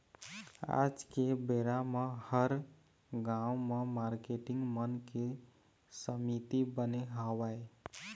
आज के बेरा म हर गाँव म मारकेटिंग मन के समिति बने हवय